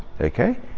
okay